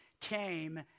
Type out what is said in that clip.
came